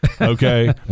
okay